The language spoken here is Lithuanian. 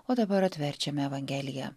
o dabar atverčiame evangeliją